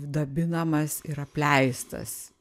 dabinamas ir apleistas